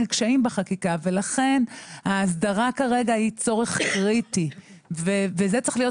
קשיים בחקיקה ולכן ההסדרה כרגע היא צורך קריטי וזו צריכה להיות